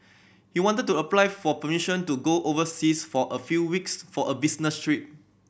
he wanted to apply for permission to go overseas for a few weeks for a business trip